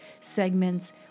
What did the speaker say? segments